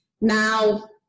now